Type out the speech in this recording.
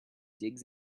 digs